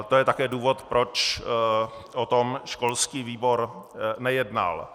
To je také důvod, proč o tom školský výbor nejednal.